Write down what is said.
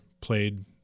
played